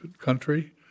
country